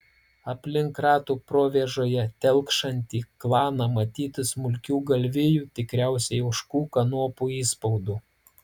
aplink ratų provėžoje telkšantį klaną matyti smulkių galvijų tikriausiai ožkų kanopų įspaudų